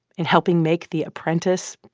in helping make the apprentice,